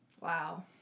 wow